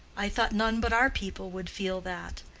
i thought none but our people would feel that.